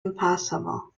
impossible